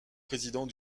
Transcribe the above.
président